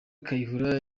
kayihura